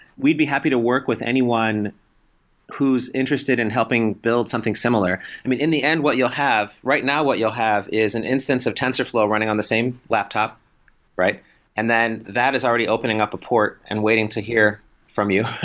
we'd be happy to work with anyone who's interested in helping build something similar. in the end, what you'll have right now, what you'll have is an instance of tensofflor running on the same laptop and then that is already opening up a port and waiting to hear from you.